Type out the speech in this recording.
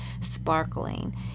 sparkling